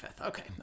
Okay